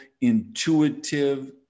intuitive